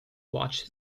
watch